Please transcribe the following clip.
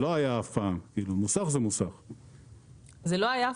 זה אף פעם לא היה.